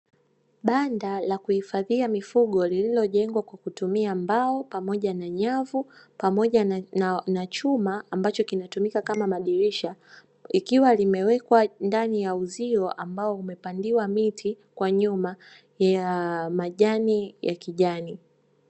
Banda la kuhifadhia mifugo lililojengwa kwa kutumia mbao pamoja na nyavu pamoja na chuma ambacho kinatumika kama madirisha. Ikiwa limewekwa ndani ya uzio ambao umepandiwa miti kwa nyuma ya majani ya kijani.